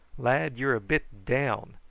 lad you're a bit down,